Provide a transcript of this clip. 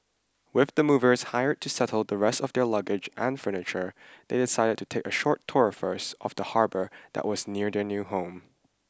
with the movers hired to settle the rest of their luggage and furniture they decided to take a short tour first of the harbour that was near their new home